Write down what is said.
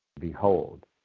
Behold